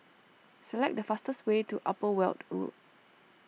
select the fastest way to Upper Weld Road